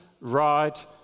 right